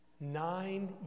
Nine